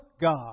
God